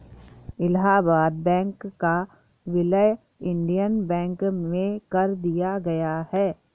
Allahabad bank का विलय Indian bank में कर दिया गया है